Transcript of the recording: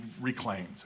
reclaimed